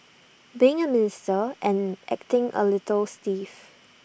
being A minister and acting A little stiff